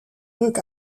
ruk